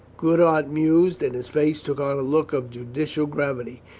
goodhart mused, and his face took on a look of judicial gravity.